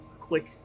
click